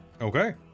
Okay